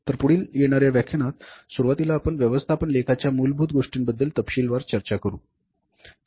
तर पुढील येणाऱ्या व्यख्यानात सुरुवातीला आपण व्यवस्थापन लेखाच्या मूलभूत गोष्टींबद्दल तपशीलवार चर्चा करू या